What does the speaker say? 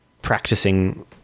practicing